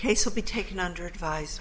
case will be taken under advise